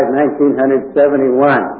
1971